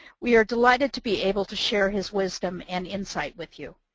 we are delighted to be able to share his wisdom and insight with you.